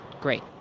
Great